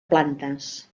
plantes